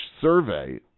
survey